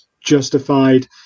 justified